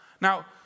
Now